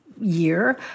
year